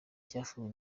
cyakozwe